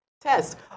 test